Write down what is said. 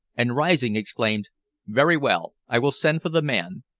and rising exclaimed very well, i will send for the man.